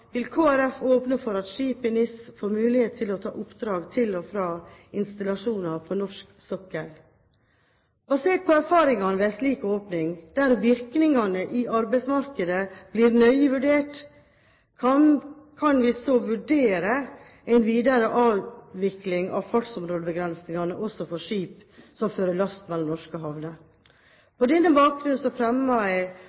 vil Kristelig Folkeparti åpne for at skip i NIS får mulighet til å ta oppdrag til og fra installasjoner på norsk sokkel. Basert på erfaringene ved en slik åpning, der virkningene i arbeidsmarkedet blir nøye vurdert, kan vi så vurdere en videre avvikling av fartsområdebegrensningene også for skip som fører last mellom norske havner.